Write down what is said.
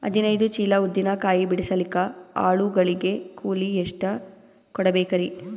ಹದಿನೈದು ಚೀಲ ಉದ್ದಿನ ಕಾಯಿ ಬಿಡಸಲಿಕ ಆಳು ಗಳಿಗೆ ಕೂಲಿ ಎಷ್ಟು ಕೂಡಬೆಕರೀ?